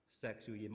sexual